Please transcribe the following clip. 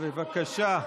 בבקשה,